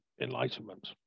enlightenment